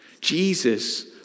Jesus